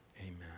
Amen